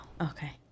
Okay